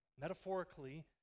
metaphorically